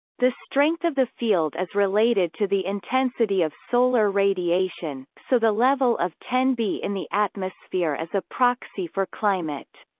the strength of the field is related to the intensity of solar radiation, so the level of ten be in the atmosphere is a proxy for climate.